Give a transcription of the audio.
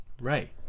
Right